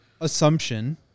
assumption